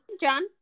John